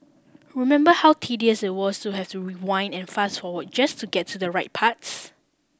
remember how tedious it was to have to rewind and fast forward just to get to the right parts